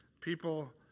People